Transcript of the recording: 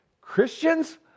christians